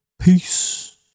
Peace